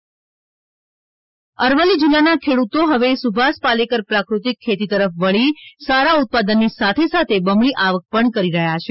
અરવલ્લી પ્રકૃતિક ખેતી અરવલ્લી જિલ્લાના ખેડૂતો હવે સુભાષ પાલેકર પ્રાકૃતિક ખેતી તરફ વળી સારા ઉત્પાદનની સાથે સાથે બમણી આવક પણ કરી રહ્યા છે